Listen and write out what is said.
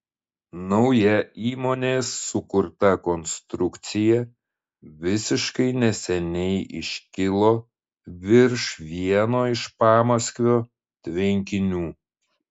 nauja įmonės sukurta konstrukcija visiškai neseniai iškilo virš vieno iš pamaskvio tvenkinių